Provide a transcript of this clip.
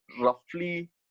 roughly